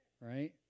right